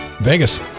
Vegas